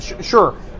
sure